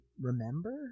remember